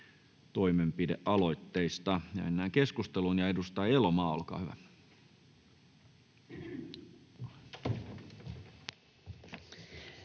toimenpidealoitteista. — Mennään keskusteluun. Edustaja Elomaa, olkaa hyvä.